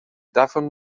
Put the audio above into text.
davon